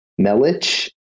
melich